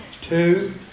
two